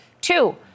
two